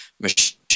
machine